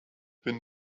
been